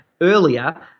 Earlier